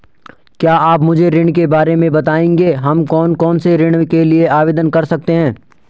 क्या आप मुझे ऋण के बारे में बताएँगे हम कौन कौनसे ऋण के लिए आवेदन कर सकते हैं?